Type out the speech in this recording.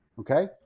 okay